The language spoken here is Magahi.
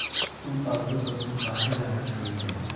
तु पालतू पशु काहे ला रखिली हें